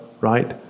Right